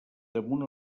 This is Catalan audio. damunt